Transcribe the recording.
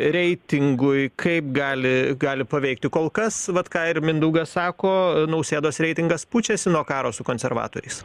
reitingui kaip gali gali paveikti kol kas vat ką ir mindaugas sako nausėdos reitingas pučiasi nuo karo su konservatoriais